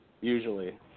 usually